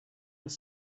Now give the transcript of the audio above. were